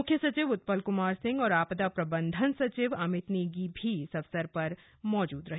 मुख्य सचिव उत्पल कुमार सिंह और आपदा प्रबंधन सचिव अमित नेगी भी इस आधार पर मौजूद रहे